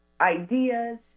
ideas